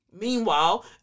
Meanwhile